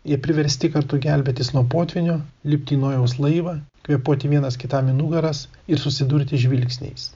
jie priversti kartu gelbėtis nuo potvynių lipti į nojaus laivą kvėpuoti vienas kitam į nugaras ir susidurti žvilgsniais